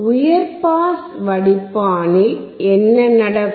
உயர் பாஸ் வடிப்பானில் என்ன நடக்கும்